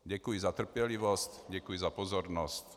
Děkuji za trpělivost, děkuji za pozornost.